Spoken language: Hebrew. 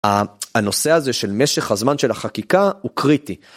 הנושא הזה של משך הזמן של החקיקה הוא קריטי.